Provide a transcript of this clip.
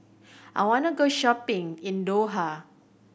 I want to go shopping in Doha